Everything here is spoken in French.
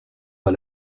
pas